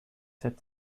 said